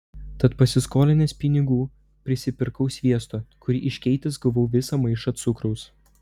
tad pasiskolinęs pinigų prisipirkau sviesto kurį iškeitęs gavau visą maišą cukraus